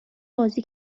بازی